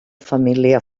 família